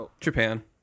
japan